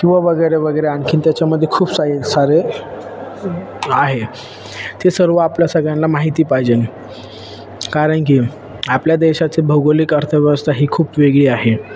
किंवा वगैरे वगैरे आणखीन त्याच्यामध्ये खूप सा सारे आहे ते सर्व आपल्या सगळ्यांना माहिती पाहिजे कारण की आपल्या देशाचे भौगोलिक अर्थव्यवस्था ही खूप वेगळी आहे